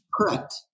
Correct